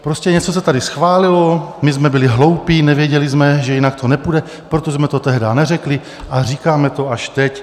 Prostě něco se tady schválilo, my jsme byli hloupí, nevěděli jsme, že jinak to nepůjde, proto jsme to tehdy neřekli a říkáme to až teď.